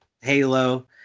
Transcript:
halo